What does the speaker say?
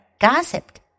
gossiped